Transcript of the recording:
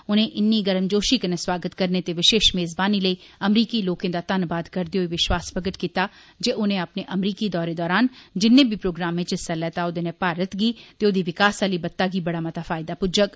उनें इन्नी गर्मजोशी कन्नै स्वागत करने ते विशेष मेज़बानी लेई अमरीकी लोकें का धन्नवाद करदे होई विश्वास प्रगट कीता जे उनें अपने अमरीकी दौरे दौरान जिन्ने बी प्रोग्रामें च हिस्सा लैता ओदे नै भारत गी ते ओदी विकास आहली बत्ता गी बड़ा मता फायदा पुज्जोग